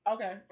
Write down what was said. Okay